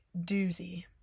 doozy